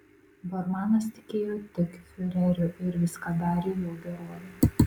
bormanas tikėjo tik fiureriu ir viską darė jo gerovei